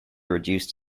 reduced